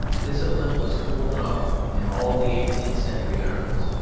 discipline was cruel enough in all the eighteenth-century armies,